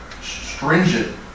stringent